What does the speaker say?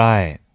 Right